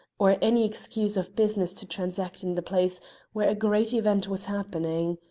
or any excuse of business to transact in the place where a great event was happening.